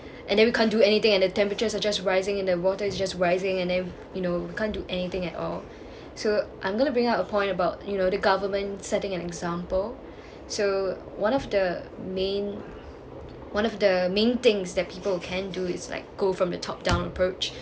and then we can't do anything and the temperatures are just rising in the water is just rising and then you know we can't do anything at all so I'm gonna bring up a point about you know the government setting an example so one of the main one of the main things that people can do it's like go from the top down approach